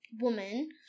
woman